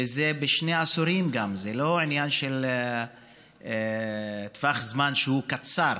וזה בשני עשורים, זה לא עניין של טווח זמן קצר,